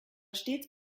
stets